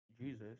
Jesus